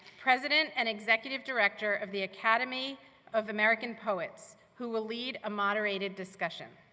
president and executive director of the academy of american poets, who will lead a moderated discussion.